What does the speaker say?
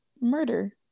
murder